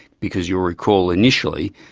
because you'll recall initially,